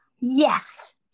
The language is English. Yes